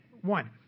One